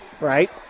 Right